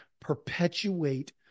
perpetuate